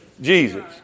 Jesus